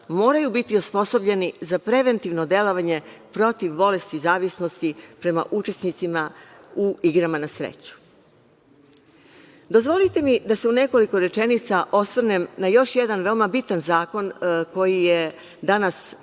moraju biti osposobljeni za preventivno delovanje protiv bolesti zavisnosti prema učesnicima u igrama na sreću. Dozvolite mi da se u nekoliko rečenica osvrnem na još jedan veoma bitan zakon koji je danas